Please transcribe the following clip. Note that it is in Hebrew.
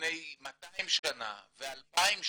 לפני 200 שנה ו-2,000 שנה,